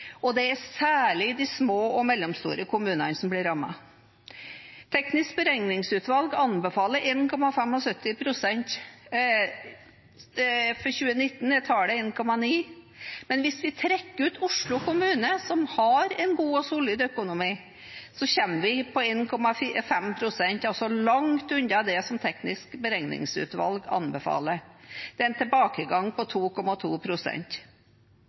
og det er særlig de små og mellomstore kommunene som blir rammet. Teknisk beregningsutvalg anbefaler 1,75 pst. For 2019 er tallet 1,9 pst. Men hvis vi trekker ut Oslo kommune, som har en god og solid økonomi, kommer vi på 1,5 pst., altså langt unna det som Teknisk beregningsutvalg anbefaler. Det er en tilbakegang på